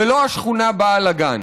ולא כשהשכונה באה לגן,